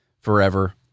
forever